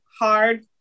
hard